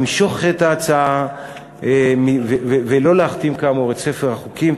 למשוך את ההצעה ולא להכתים כאמור את ספר החוקים.